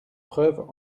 preuve